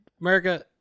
America